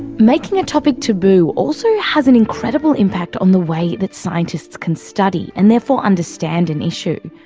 making a topic taboo also has an incredible impact on the way that scientists can study, and therefore understand an issue.